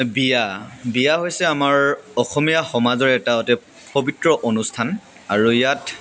বিয়া বিয়া হৈছে আমাৰ অসমীয়া সমাজৰ এটা অতি পৱিত্ৰ অনুষ্ঠান আৰু ইয়াত